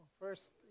first